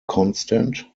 constant